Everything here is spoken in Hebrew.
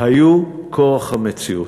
היו כורח המציאות.